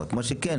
שכן,